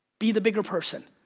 be the bigger person.